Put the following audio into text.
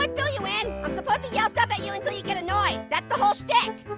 um fill you in, i'm supposed to yell stuff at you until you get annoying. that's the whole shtick.